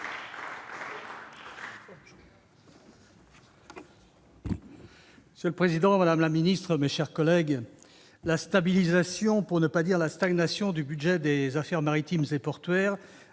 Monsieur le président, madame la ministre, mes chers collègues, la stabilisation, pour ne pas dire la stagnation, du budget des affaires maritimes et portuaires